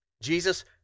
Jesus